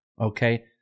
okay